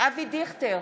אבי דיכטר,